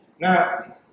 Now